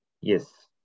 Yes